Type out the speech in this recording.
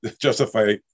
justify